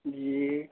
جی